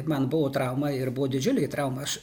man buvo trauma ir buvo didžiulė trauma aš